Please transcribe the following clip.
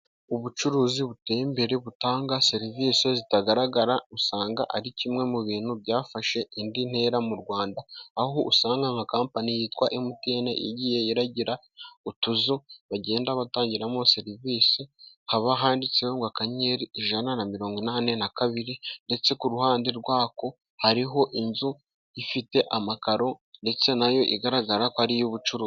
Ubucuruzi buteye imbere, butanga serivisi zitagaragara, usanga ari kimwe mu bintu byafashe indi ntera mu Rwanda，aho usanga amakampani yitwa emutiyene，igiye iragira utuzu bagenda batangiramo serivisi, haba handitseho, akanyenyeri ijana na mirongo inani na kabiri，ndetse ku ruhande rwako, hariho inzu ifite amakaro ndetse nayo igaragara ko ari iy'ubucuruzi.